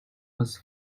was